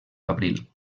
abril